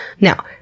Now